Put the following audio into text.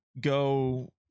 go